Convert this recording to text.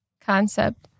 concept